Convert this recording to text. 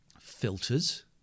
filters